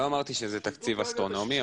לא אמרתי שזה תקציב אסטרונומי,